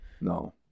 No